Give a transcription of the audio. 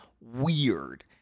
weird